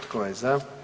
Tko je za?